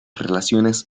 relaciones